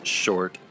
short